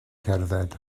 cerdded